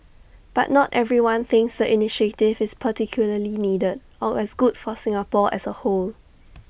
but not everyone thinks the initiative is particularly needed or as good for Singapore as A whole